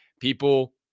People